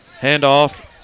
handoff